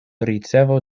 ricevo